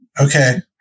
Okay